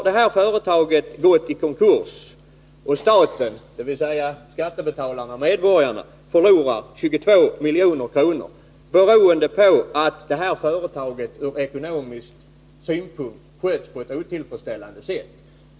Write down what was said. Det här företaget har nu gått i konkurs, och staten, dvs. skattebetalarna och medborgarna, förlorar 22 milj.kr. beroende på att detta företag ur ekonomisk synpunkt skötts på ett otillfredsställande sätt.